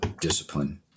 discipline